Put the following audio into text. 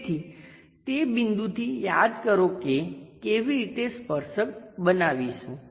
તેથી તે બિંદુથી યાદ કરો કે કેવી રીતે સ્પર્શક બનાવીશું